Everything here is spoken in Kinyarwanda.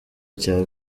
cya